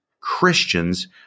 Christians